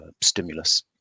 stimulus